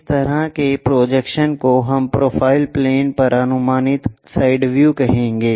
इस तरह के प्रोजेक्शन्स को हम प्रोफाइल प्लेन पर अनुमानित साइड व्यू कहेंगे